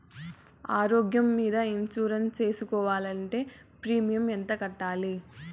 ఆరోగ్యం మీద ఇన్సూరెన్సు సేసుకోవాలంటే ప్రీమియం ఎంత కట్టాలి?